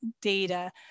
data